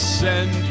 send